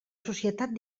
societat